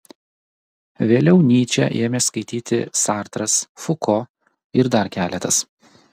vėliau nyčę ėmė skaityti sartras fuko ir dar keletas